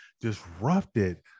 disrupted